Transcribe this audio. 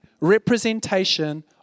representation